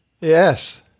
Yes